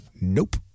nope